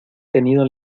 tenido